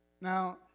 Now